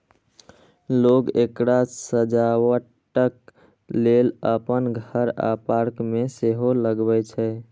लोक एकरा सजावटक लेल अपन घर आ पार्क मे सेहो लगबै छै